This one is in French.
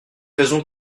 raison